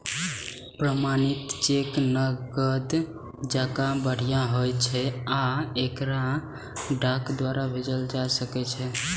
प्रमाणित चेक नकद जकां बढ़िया होइ छै आ एकरा डाक द्वारा भेजल जा सकै छै